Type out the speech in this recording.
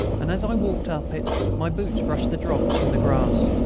and as i walked up it my boots brushed the drops from the grass.